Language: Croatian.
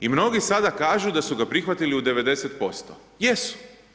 I mnogi sada kažu, da su ga prihvatili u 90%, jesu.